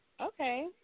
Okay